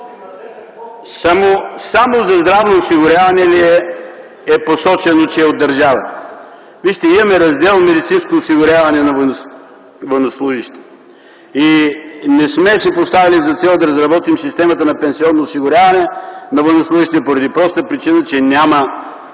Само за здравно осигуряване ли е посочено, че е от държавата? Вижте, имаме Раздел „Медицинско осигуряване на военнослужещите”. Не сме си поставили за цел да разработим системата на пенсионно осигуряване на военнослужещите поради простата причина, че няма